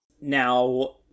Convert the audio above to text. Now